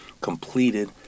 completed